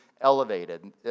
elevated